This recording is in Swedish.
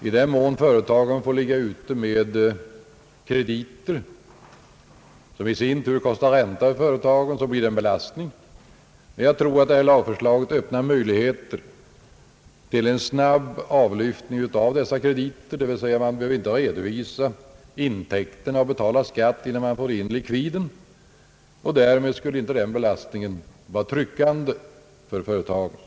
I den mån företagen får ligga ute med krediter, vilket i sin tur medför ränteförluster för dem, blir det en belastning. Jag tror att det föreliggande lagförslaget öppnar möjligheter till en snabb avlyftning av dessa krediter, dvs. man behöver inte redovisa intäkterna och betala skatt förrän man fått in likviden. Därmed skulle inte den belastning som ränteförlusterna innebär vara så tryckande för företagen.